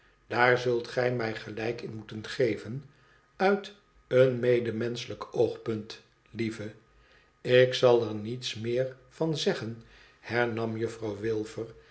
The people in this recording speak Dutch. daar zult gij mij gelijk in moeten geven uit een medemenschelijk oogpunt lieve ik zal er niets meer van zeggen hernam juffi ouw